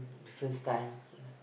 different style ya